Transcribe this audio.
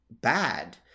bad